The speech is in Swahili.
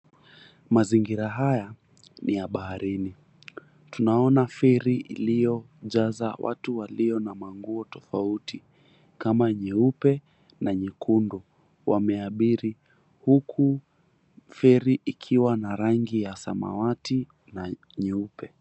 Mazingira haya ni ya baharini, tunaona ferri iliyojaza watu walio na manguo tofauti kama nyeupe na nyekundu wameabiri huku ferri ikiwa na rangi ya samawati na nyeupe.